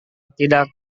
tidak